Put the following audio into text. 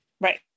right